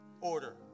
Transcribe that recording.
order